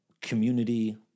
community